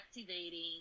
activating